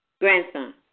Grandson